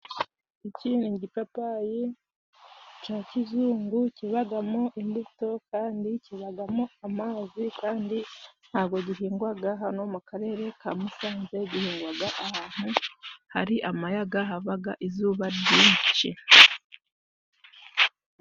Iki ni igipapayi cya kizungu kibagamo imbuto kandi kijyagamo amazi kandi ntabwo gihingwaga hano mu Karere ka Musanze, gihingwaga ahantu hari amayaga havaga izuba ryinshi.